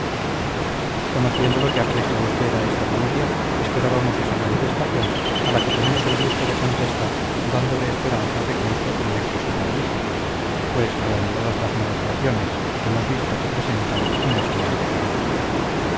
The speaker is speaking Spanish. conociendo lo que aprecia usted a esta familia esperábamos esa manifestación a la que tenemos el gusto de contestar dándole esperanzas de que nuestro proyecto se realice pues reanudadas las negociaciones hemos visto que presentan un excelente cariz